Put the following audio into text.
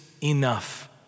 enough